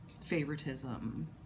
favoritism